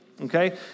okay